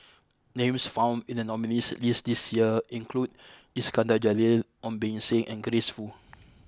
names found in the nominees' list this year include Iskandar Jalil Ong Beng Seng and Grace Fu